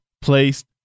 placed